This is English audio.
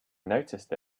noticed